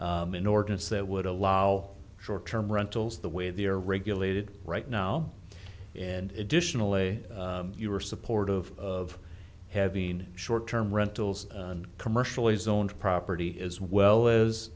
an ordinance that would allow short term rentals the way they are regulated right now and additional way you are supportive of having short term rentals and commercially zoned property as well